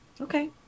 Okay